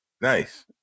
Nice